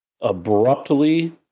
abruptly